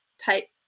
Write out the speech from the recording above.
type